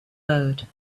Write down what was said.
road